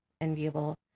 enviable